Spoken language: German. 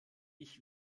ich